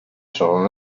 sono